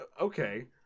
Okay